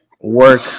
work